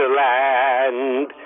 land